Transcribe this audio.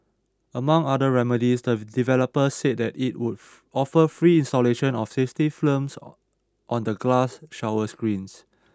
among other remedies the developer said that it would offer free installation of safety films on the glass shower screens